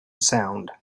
sound